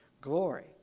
glory